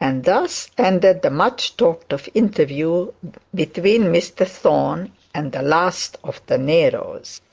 and thus ended the much-talked of interview between mr thorne and the last of the neros.